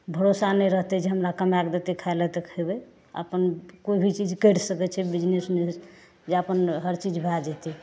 भरोसा नहि रहतै जे हमरा कमाए कऽ देतै खाय लऽ तऽ खयबै अपन कोइ भी चीज करि सकैत छै बिजनेस जे अपन हर चीज भए जेतै